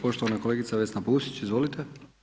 Poštovana kolegica Vesna Pusić, izvolite.